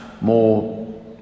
more